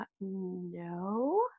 no